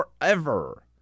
forever